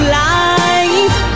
life